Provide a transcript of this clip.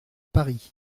paris